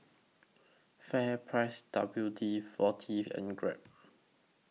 FairPrice W D forty and Grab